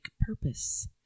purpose